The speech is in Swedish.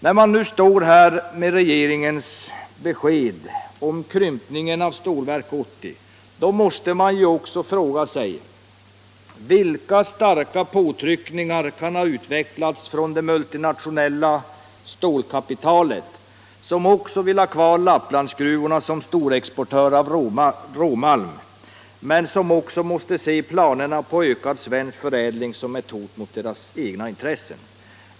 När man nu står här med regeringens besked om krympningen av Stålverk 80 måste man också fråga sig: Vilka starka påtryckningar kan ha utvecklats från det multinationella stålkapitalet, som också vill ha kvar Lapplandsgruvorna som storexportör av råmalm men som då måste se planerna på ökad svensk förädling som ett hot mot deras egna intressen?